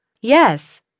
Yes